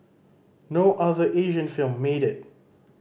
no other Asian film made it